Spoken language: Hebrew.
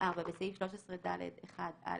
(4)בסעיף 13ד1(א),